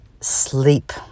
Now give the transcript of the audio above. sleep